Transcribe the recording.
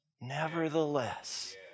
nevertheless